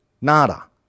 Nada